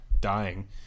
dying